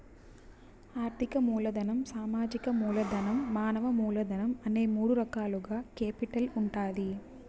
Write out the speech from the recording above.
ఆర్థిక మూలధనం, సామాజిక మూలధనం, మానవ మూలధనం అనే మూడు రకాలుగా కేపిటల్ ఉంటాది